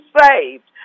saved